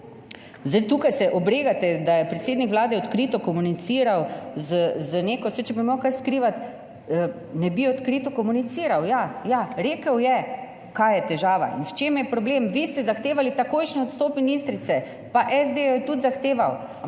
tukaj se obregate, da je predsednik Vlade odkrito komuniciral z neko, saj če bi imel kaj skrivati, ne bi odkrito komuniciral. Ja, ja, rekel je, kaj je težava in v čem je problem. Vi ste zahtevali takojšnji odstop ministrice, pa SD je tudi zahteval,